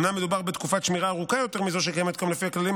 אומנם מדובר בתקופת שמירה ארוכה יותר מזו שקיימת כיום לפי הכללים,